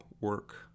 work